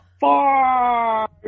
far